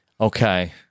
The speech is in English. Okay